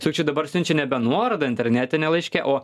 sukčiai dabar siunčia nebe nuorodą internetinę laiške o